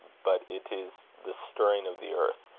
but it is the stirring of the earth,